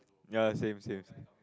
ya same same same